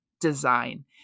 design